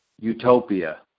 utopia